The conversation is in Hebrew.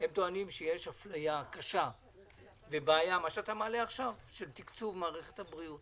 הם טוענים שיש אפליה קשה ובעיה של תקצוב מערכת הבריאות